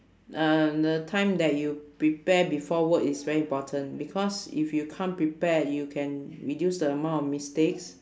uh the time that you prepare before work is very important because if you come prepared you can reduce the amount of mistakes